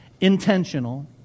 intentional